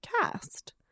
cast